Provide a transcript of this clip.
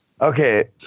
okay